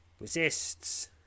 Resists